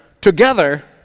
together